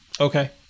Okay